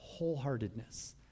wholeheartedness